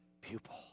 pupil